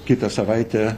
kitą savaitę